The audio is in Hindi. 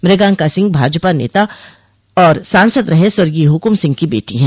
मृंगाका सिंह भाजपा नेता और सांसद रहे स्वर्गीय हुकुम सिंह की बेटी है